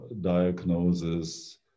diagnosis